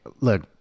Look